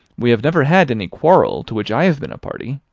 we have never had any quarrel, to which i have been a party.